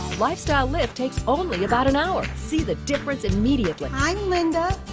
lifestyle lift takes only about an hour. see the difference immediately. i'm linda.